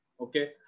Okay